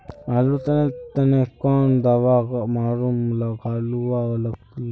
आलूर तने तने कौन दावा मारूम गालुवा लगली?